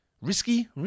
Risky